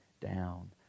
down